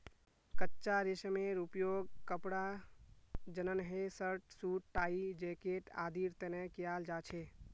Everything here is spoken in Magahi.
कच्चा रेशमेर उपयोग कपड़ा जंनहे शर्ट, सूट, टाई, जैकेट आदिर तने कियाल जा छे